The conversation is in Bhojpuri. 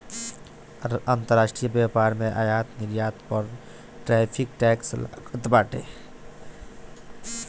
अंतरराष्ट्रीय व्यापार में आयात निर्यात पअ टैरिफ टैक्स लागत बाटे